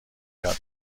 یاد